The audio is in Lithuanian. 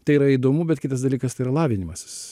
tai yra įdomu bet kitas dalykas tai yra ir lavinimasis